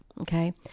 okay